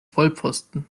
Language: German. vollpfosten